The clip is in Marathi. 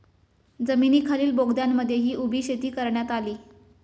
जमिनीखालील बोगद्यांमध्येही उभी शेती करण्यात आली